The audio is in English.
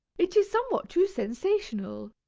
it is somewhat too sensational.